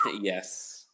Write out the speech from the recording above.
yes